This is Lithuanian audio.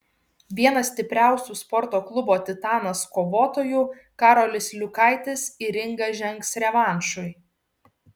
vienas stipriausių sporto klubo titanas kovotojų karolis liukaitis į ringą žengs revanšui